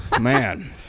Man